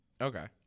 Okay